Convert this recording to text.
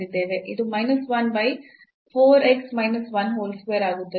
ಇದು minus 1 by 4 x minus 1 whole square ಆಗುತ್ತದೆ